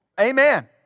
Amen